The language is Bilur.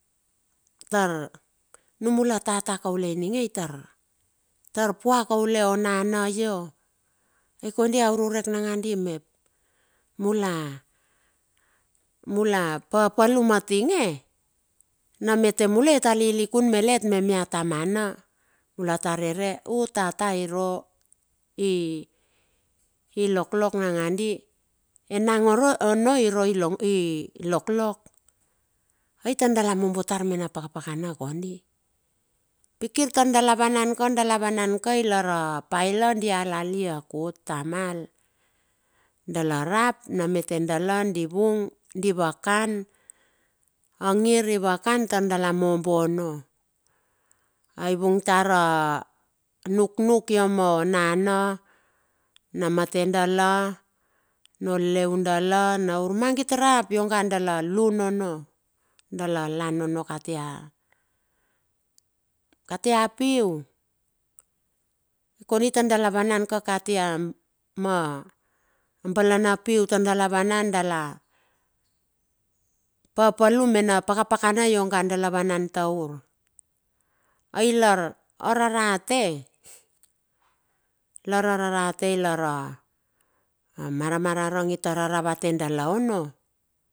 Tar numula tata kaule ininge itar, tar pua kaule onana io. Ai kondi a ururek nagadi mep mula, mula papalum a tinge, namate mula ia ta lilikun melet me mia tamana mula ta rere, ho tata irua i loklok nagadi, enang oro ono irua i long i loklok, ai tar dala mobo tar me na pakapakana kondi. Pi kir tar dala van ka dala vanan ka, ilar a pa la dia eleli a kut, tamal. Dala rap na mate dala di vung, di vakan. Angir i vakan tar dala mombo ono, ai i vung tar a nuknuk ia mo nana, na mate dala, no leudala, na urmungit rap ionga dala lun ono. dala lan ono kati a, kati piu. Ai kondi tar dala vanan ka katia ma a bala na piu. Tar dala vanan. dala papalum me na pakapakana ionga dala vanan taur. Ai lar a rarate, lar a rarate lara a mara mararang i tar raravate dala ono.